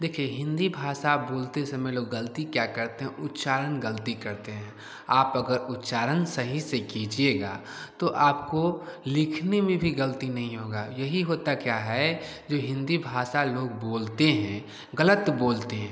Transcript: देखिए हिन्दी भाषा बोलते समय लोग ग़लती क्या करते हैं उच्चारण ग़लत करते हैं आप अगर उच्चारण सही से कीजिएगा तो आपको लिखने में भी ग़लती नहीं होगइ यही होता क्या है जो हिन्दी भाषा लोग बोलते हैं ग़लत बोलते हैं